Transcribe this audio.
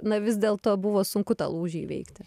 na vis dėlto buvo sunku tą lūžį įveikti